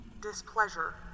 Displeasure